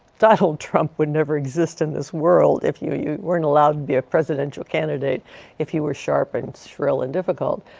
donald trump would never exist in this world if you you weren't allowed be a presidential candidate if you were sharp and shrill and difficult.